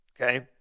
Okay